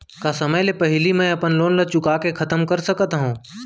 का समय ले पहिली में अपन लोन ला चुका के खतम कर सकत हव?